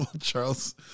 Charles